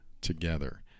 together